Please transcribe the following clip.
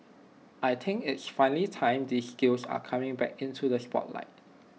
I think it's finally time these skills are coming back into the spotlight